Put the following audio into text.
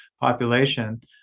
population